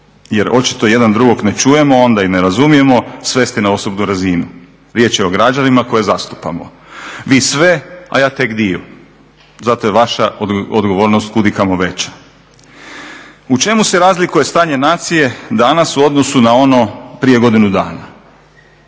jer očito jedan drugog ne čujemo onda i ne razumijemo svesti na osobnu razinu. Riječ je o građanima koje zastupamo. Vi sve, a ja tek dio. Zato je vaša odgovornost kud i kamo veća. U čemu se razlikuje stanje nacije danas u odnosu na ono prije godinu dana?